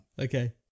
Okay